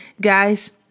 guys